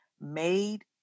made